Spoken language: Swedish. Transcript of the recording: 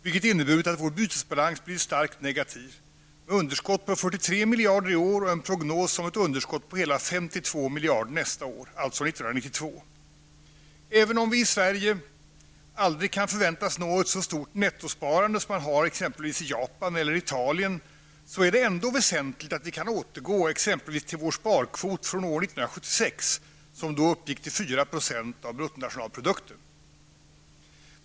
Det har inneburit att vår bytesbalans blivit starkt negativ med underskott på 43 miljarder i år och en prognos om ett underskott på hela 52 miljarder nästa år, dvs. 1992. Även om vi i Sverige aldrig kan förväntas nå ett så stort nettosparande som man har i exempelvis Japan eller Italien, är det ändå väsentligt att vi kan återgå till exempelvis vår sparkvot från år 1976, vilken då uppgick till 4 % av bruttonationalprodukten.